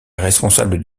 responsables